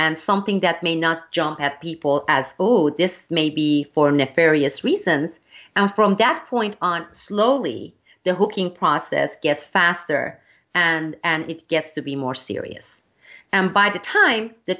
and something that may not jump at people as oh this may be for nefarious reasons and from that point on slowly they're hooking process gets faster and it gets to be more serious and by the time the